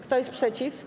Kto jest przeciw?